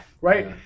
Right